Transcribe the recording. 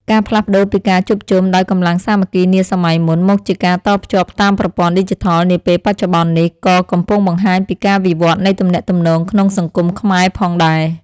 ការផ្លាស់ប្តូរពីការជួបជុំដោយកម្លាំងសាមគ្គីនាសម័យមុនមកជាការតភ្ជាប់តាមប្រព័ន្ធឌីជីថលនាពេលបច្ចុប្បន្ននេះ ក៏កំពុងបង្ហាញពីការវិវត្តនៃទំនាក់ទំនងក្នុងសង្គមខ្មែរផងដែរ។